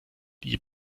die